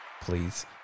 please